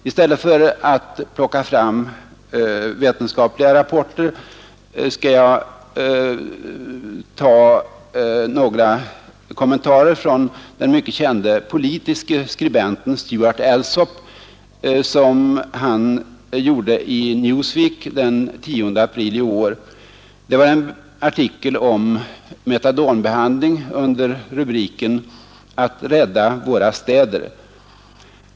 I stället för att plocka fram vetenskapliga rapporter skall jag anföra några kommentarer, som den mycket kände politiske skribenten Stewart Alsop gjorde i Newsweek den 10 april i år i en artikel om metadonbehandling under rubriken ”Att rädda våra storstäder”.